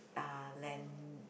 uh land